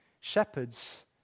shepherds